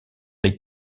les